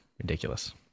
ridiculous